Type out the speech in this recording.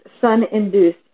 sun-induced